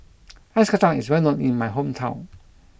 Ice Kacang is well known in my hometown